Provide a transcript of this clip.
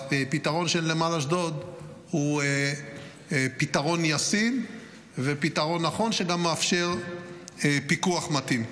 הפתרון של נמל אשדוד הוא פתרון ישים ופתרון נכון שגם מאפשר פיקוח מתאים.